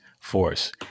force